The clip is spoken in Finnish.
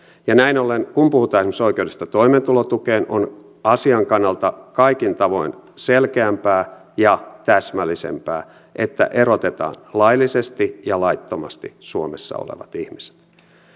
näin ollen kun puhutaan esimerkiksi oikeudesta toimeentulotukeen on asian kannalta kaikin tavoin selkeämpää ja täsmällisempää että erotetaan laillisesti ja laittomasti suomessa olevat ihmiset